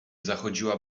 zachodziła